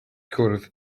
cwrdd